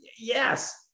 yes